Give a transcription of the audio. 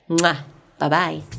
Bye-bye